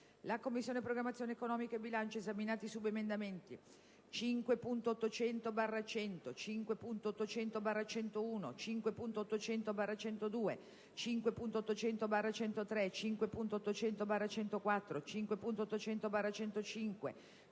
«La Commissione programmazione economica, bilancio, esaminati i subemendamenti